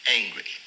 angry